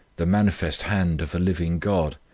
the manifest hand of a living god,